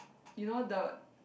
you know the